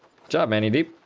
germany beat